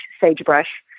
sagebrush